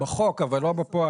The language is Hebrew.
בחוק אבל לא בפועל.